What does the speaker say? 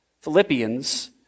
Philippians